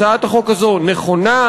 הצעת החוק הזאת נכונה,